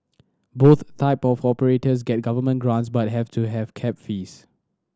both type of operators get government grants but have to have cap fees